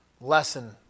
lesson